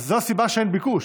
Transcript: אז זו הסיבה שאין ביקוש.